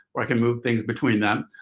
where i can move things between them.